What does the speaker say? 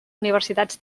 universitats